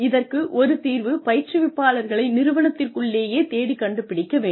இதற்கு ஒரு தீர்வு பயிற்றுவிப்பாளர்களை நிறுவனத்திற்குள்ளேயே தேடிக் கண்டுபிடிக்க வேண்டும்